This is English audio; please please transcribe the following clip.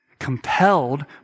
Compelled